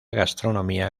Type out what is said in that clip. gastronomía